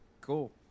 cool